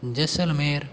Jaisalmer